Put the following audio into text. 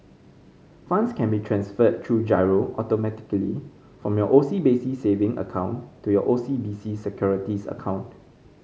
funds can be transferred through giro automatically from your O C B C savings account to your O C B C Securities account